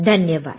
धन्यवाद